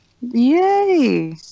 Yay